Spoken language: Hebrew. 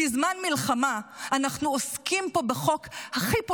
בזמן מלחמה, אנחנו עוסקים פה בחוק הכי פוליטי,